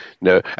No